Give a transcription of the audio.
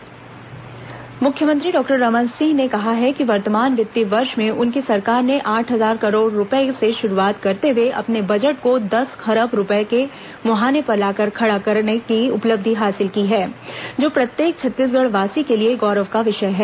विधानसभा अनुपूरक बजट मुख्यमंत्री डॉक्टर रमन सिंह ने कहा है कि वर्तमान वित्तीय वर्ष में उनकी सरकार ने आठ हजार करोड़ रूपए से शुरूआत करते हुए अपने बजट को दस खरब रूपए के मुहाने पर लाकर खड़ा करने की उपलब्धि हासिल की है जो प्रत्येक छत्तीसगढ़वासी के लिए गौरव का विषय है